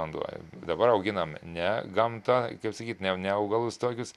vanduo dabar auginam ne gamtą kaip sakyt ne ne augalus tokius